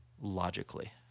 logically